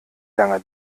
lange